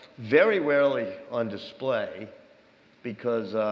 very rarely on display because